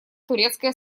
турецкая